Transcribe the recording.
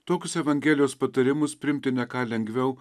tokius evangelijos patarimus priimti ne ką lengviau